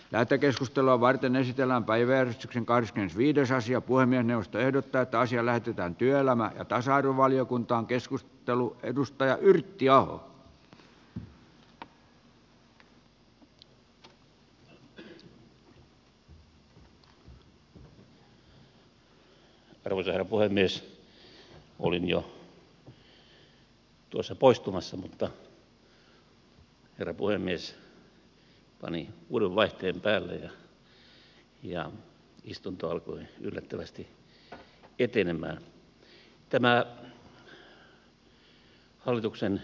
lähetekeskustelua varten ystävänpäivän kahdeskymmenesviides ja voimien olin jo poistumassa mutta herra puhemies pani uuden vaihteen päälle ja istunto alkoi yllättävästi etenemään